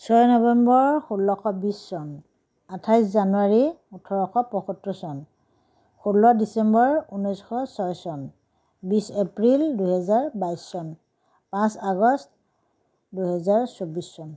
ছয় নৱেম্বৰ ষোল্লশ বিছ চন আঠাইছ জানুৱাৰী ওঠৰশ পয়সত্তৰ চন ষোল্ল ডিচেম্বৰ ঊনৈছশ ছয় চন বিছ এপ্ৰিল দুহেজাৰ বাইছ চন পাঁচ আগষ্ট দুহেজাৰ চৌব্বিছ চন